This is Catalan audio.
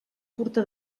curta